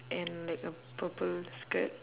and like a purple skirt